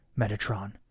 Metatron